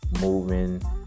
moving